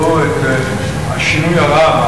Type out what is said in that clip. לאור השינוי הרב,